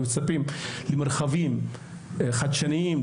מצפים למרחבים חדשניים,